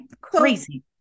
Crazy